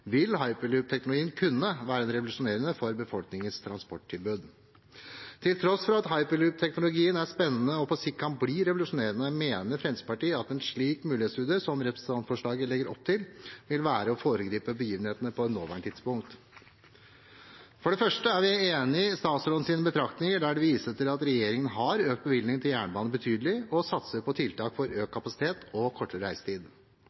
vil hyperloopteknologien kunne være revolusjonerende for befolkningens transporttilbud. Til tross for at hyperloopteknologien er spennende og på sikt kan bli revolusjonerende, mener Fremskrittspartiet at en slik mulighetsstudie som representantforslaget legger opp til, vil være å foregripe begivenhetene på det nåværende tidspunkt. For det første er vi enig i statsrådens betraktninger der det vises til at regjeringen har økt bevilgningene til jernbane betydelig og satser på tiltak for økt kapasitet og kortere reisetid.